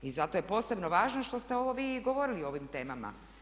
I zato je posebno važno što ste ovo vi govorili o ovim temama.